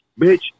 Bitch